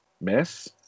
miss